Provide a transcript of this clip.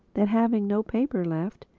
that having no paper left,